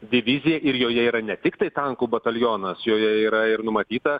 diviziją ir joje yra ne tiktai tankų batalionas joje yra ir numatyta